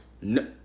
No